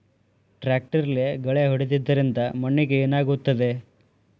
ಟ್ರಾಕ್ಟರ್ಲೆ ಗಳೆ ಹೊಡೆದಿದ್ದರಿಂದ ಮಣ್ಣಿಗೆ ಏನಾಗುತ್ತದೆ?